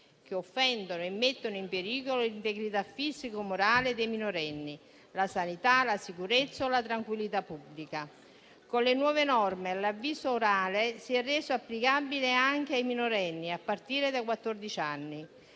che offendono e mettono in pericolo l'integrità fisica o morale dei minorenni, la sanità, la sicurezza o la tranquillità pubblica. Con le nuove norme l'avviso orale si è reso applicabile anche ai minorenni, a partire dai